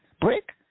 Brick